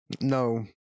no